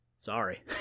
sorry